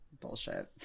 bullshit